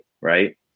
right